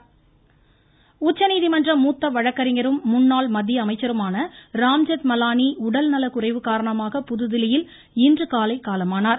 ராம்ஜெத் மலானி உச்சநீதிமன்ற மூத்த வழக்கறிஞரும் முன்னாள் மத்திய அமைச்சருமான ராம்ஜெத்மலானி உடல் நலக்குறைவு காரணமாக புதுதில்லியில் இன்றுகாலை காலமானார்